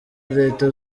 leta